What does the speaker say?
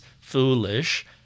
foolish